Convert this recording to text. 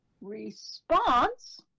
response